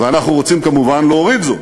ואנחנו רוצים כמובן להוריד זאת.